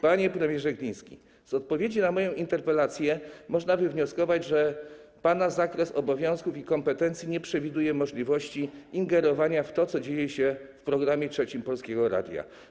Panie premierze Gliński, z odpowiedzi na moją interpelację można by wnioskować, że pana zakres obowiązków i kompetencji nie przewiduje możliwości ingerowania w to, co dzieje się w Programie 3 Polskiego Radia.